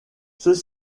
ceux